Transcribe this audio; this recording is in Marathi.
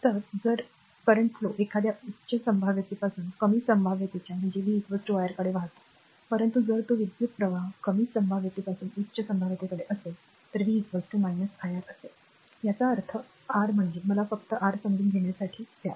तर जर विद्यमान प्रवाह एखाद्या उच्च संभाव्यतेपासून कमी संभाव्यतेच्या v iR कडे वाहतो परंतु जर तो विद्युत् प्रवाह कमी संभाव्यतेपासून उच्च संभाव्यतेकडे असेल तर v iR असेल याचा अर्थ आर म्हणजे मला फक्त आर समजून घेण्यासाठी द्या